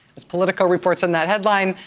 as politico reports in that headline,